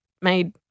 made